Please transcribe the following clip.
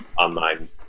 online